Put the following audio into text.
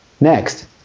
Next